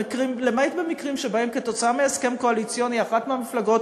למעט במקרים שבהם כתוצאה מהסכם קואליציוני אחת מהמפלגות